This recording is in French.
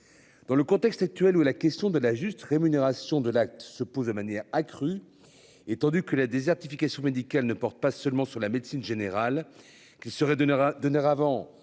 Dans le contexte actuel où la question de la juste rémunération de l'acte se pose de manière accrue. Étendu que la désertification médicale ne porte pas seulement sur la médecine générale qui serait donnera